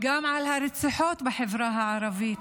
גם על הרציחות בחברה הערבית,